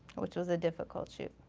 which was a difficult shoot.